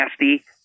nasty